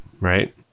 right